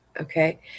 Okay